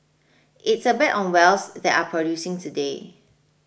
it's a bet on wells that are producing today